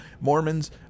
Mormons